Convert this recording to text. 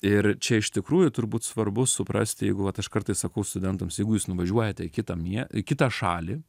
ir čia iš tikrųjų turbūt svarbu suprasti jeigu vat aš kartais sakau studentams jeigu jūs nuvažiuojate į kitą mie į kitą šalį